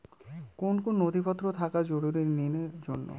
কোন কোন নথিপত্র থাকা জরুরি ঋণের জন্য?